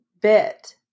bit